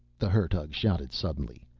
the hertug shouted suddenly,